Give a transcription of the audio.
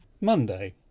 Monday